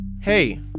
Hey